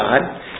God